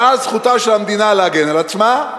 ואז זכותה של המדינה להגן על עצמה.